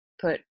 put